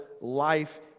life